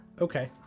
okay